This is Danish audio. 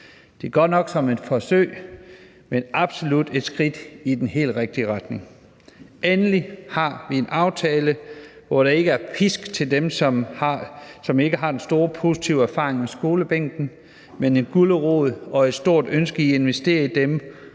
er godt nok som et forsøg, men det er absolut et skridt i den helt rigtige retning. Endelig har vi en aftale, hvor der ikke er pisk til dem, som ikke har den store og positive erfaring med skolebænken, men en gulerod; der er et stort ønske om at investere i dem,